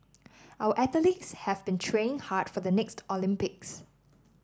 our athletes have been training hard for the next Olympics